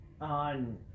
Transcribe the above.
on